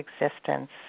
existence